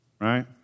right